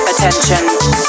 Attention